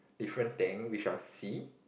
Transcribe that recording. different thing we shall see